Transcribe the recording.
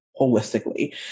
holistically